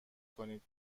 کنید